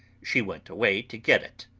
she went away to get it